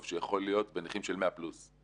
טוב שיכול להיות בנכים של 100% פלוס,